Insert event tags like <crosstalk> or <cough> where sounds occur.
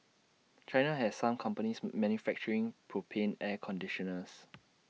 China has some companies <hesitation> manufacturing propane air conditioners